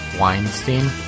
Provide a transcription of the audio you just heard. Weinstein